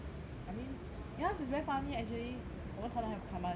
I mean ya she's very funny actually 我们谈的还还蛮